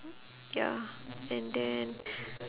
ya and then